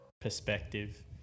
perspective